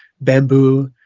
bamboo